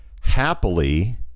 happily